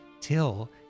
Till